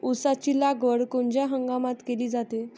ऊसाची लागवड कोनच्या हंगामात केली जाते?